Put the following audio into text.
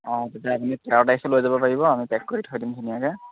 অঁ তেতিয়া আপুনি তেৰ তাৰিখে লৈ যাব পাৰিব আমি পেক কৰি থৈ দিম ধুনীয়াকৈ